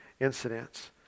incidents